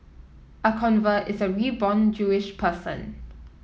a convert is a reborn Jewish person